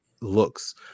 looks